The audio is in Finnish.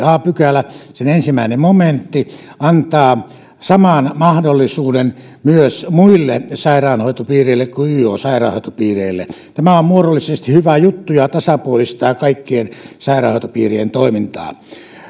a pykälän ensimmäinen momentti antaa saman mahdollisuuden myös muille sairaanhoitopiireille kuin yo sairaanhoitopiireille tämä on muodollisesti hyvä juttu ja tasapuolistaa kaikkien sairaanhoitopiirien toimintaa